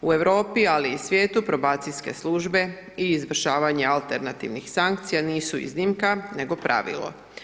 U Europi ali i svijetu probacijske službe i izvršavanje alternativnih sankcija nisu iznimka nego pravilo.